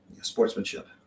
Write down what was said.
sportsmanship